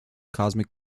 cosmic